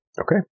Okay